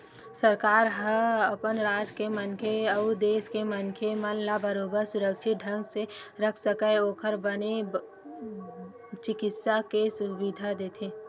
सरकार ह अपन राज के मनखे अउ देस के मनखे मन ला बरोबर सुरक्छित ढंग ले रख सकय ओखर बर बने चिकित्सा के सुबिधा देथे